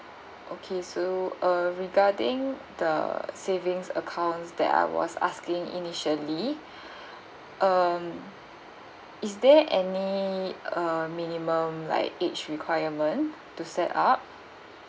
okay so err regarding the savings accounts that I was asking initially um is there any uh minimum like age requirement to set up